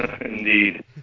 Indeed